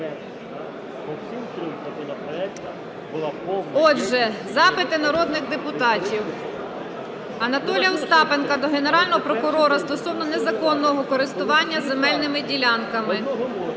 Отже, запити народних депутатів: Анатолія Остапенка до Генерального прокурора стосовно незаконного користування земельними ділянками.